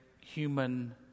human